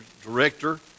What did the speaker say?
director